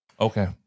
Okay